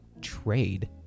trade